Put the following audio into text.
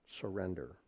surrender